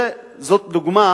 זאת דוגמה